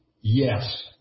Yes